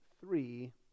three